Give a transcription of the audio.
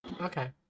Okay